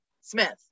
Smith